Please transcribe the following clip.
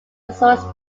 resource